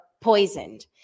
poisoned